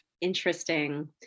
interesting